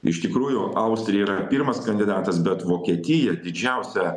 iš tikrųjų austrija yra pirmas kandidatas bet vokietija didžiausia